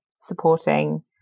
supporting